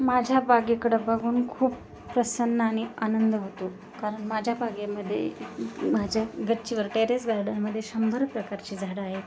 माझ्या बागेकडं बघून खूप प्रसन्न आणि आनंद होतो कारण माझ्या बागेमध्ये माझ्या गच्चीवर टेरेस गार्डनमध्ये शंभर प्रकारची झाडं आहेत